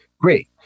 great